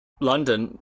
London